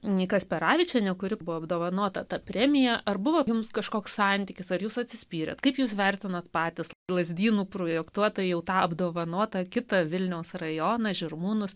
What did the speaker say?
nei kasperavičienė kuri buvo apdovanota premija ar buvo jums kažkoks santykis ar jūs atsispyrėte kaip jūs vertinate patys lazdynų projektuotojai jau tą apdovanotą kitą vilniaus rajoną žirmūnus